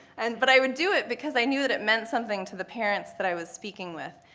and but i would do it because i knew that it meant something to the parents that i was speaking with.